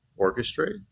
Orchestrate